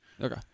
Okay